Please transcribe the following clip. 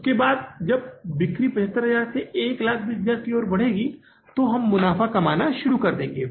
उसके बाद जब बिक्री 75000 से 1 20000 की ओर बढ़ने लगेगी तब हम मुनाफ़ा कमाना शुरू कर देंगे